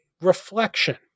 reflection